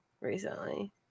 recently